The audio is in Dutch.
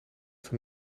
van